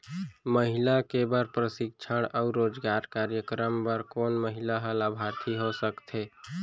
महिला के बर प्रशिक्षण अऊ रोजगार कार्यक्रम बर कोन महिला ह लाभार्थी हो सकथे?